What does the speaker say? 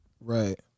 right